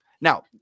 Now